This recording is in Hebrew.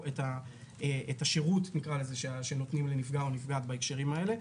את השירות שנותנים לנפגע או נפגעת בהקשרים האלה.